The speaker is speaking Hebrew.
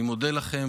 אני מודה לכם,